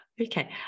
okay